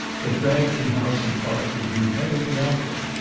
that bragton house and park would do better without her.